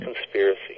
Conspiracy